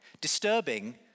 Disturbing